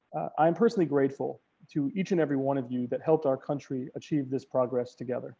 i'm personally grateful to each and every one of you that helped our country achieve this progress together